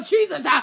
Jesus